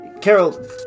Carol